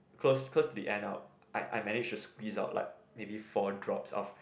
cause cause the end up I manage to squeeze out like maybe four drops of